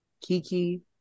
Kiki